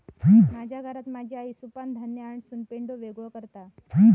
माझ्या घरात माझी आई सुपानं धान्य हासडून पेंढो वेगळो करता